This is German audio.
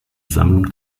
sammlung